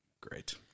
great